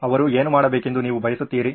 ಅವರು ಏನು ಮಾಡಬೇಕೆಂದು ನೀವು ಬಯಸುತ್ತೀರಿ